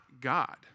God